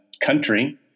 country